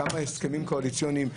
כמה הסכמים קואליציוניים.